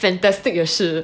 fantastic 也是